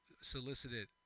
solicited